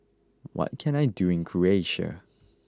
what can I do in Croatia